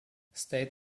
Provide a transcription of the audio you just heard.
state